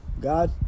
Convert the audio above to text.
God